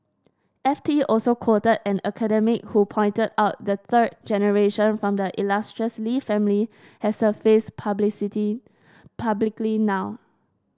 F T also quoted an academic who pointed out the third generation from the illustrious Lee family has surfaced publicity publicly now